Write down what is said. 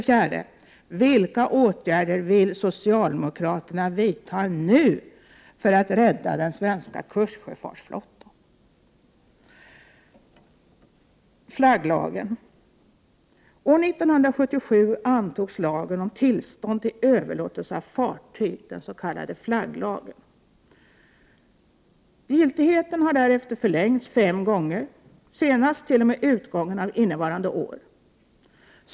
Så till frågan om flagglagen. År 1977 antogs lagen om tillstånd till överlåtelse av fartyg, den s.k. flagglagen. Dess giltighet har därefter förlängts fem gånger, senast t.o.m. utgången av innevarande år.